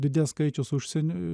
didės skaičius užsienio